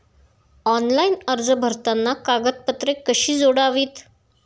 Online अर्ज भरताना कागदपत्रे कशी जोडावीत?